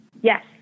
Yes